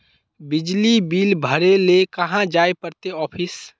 बिजली बिल भरे ले कहाँ जाय पड़ते ऑफिस?